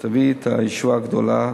ותביא את הישועה הגדולה.